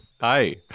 Hi